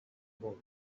about